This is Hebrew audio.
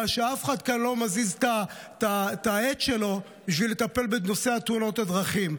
שאף אחד כאן לא מזיז את העט שלו בשביל לטפל בנושא תאונות הדרכים.